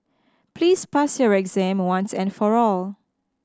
please pass your exam once and for all